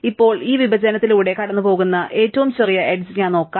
ഇപ്പോൾ ഈ വിഭജനത്തിലൂടെ കടന്നുപോകുന്ന ഏറ്റവും ചെറിയ എഡ്ജ് ഞാൻ നോക്കാം